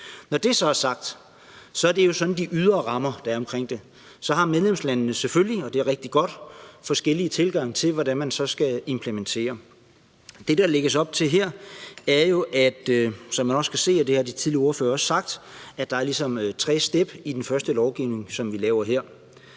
på det her område. Det er jo sådan de ydre rammer, der er for det, men når det så er sagt, har medlemslandene selvfølgelig – og det er rigtig godt – forskellige tilgange til, hvordan man så skal implementere det. Det, der lægges op til her, er jo, som man også kan se – og det har de tidligere ordførere også sagt – at der ligesom er tre step i den første lovgivning, som vi laver her.